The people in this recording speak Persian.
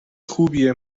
خوبیه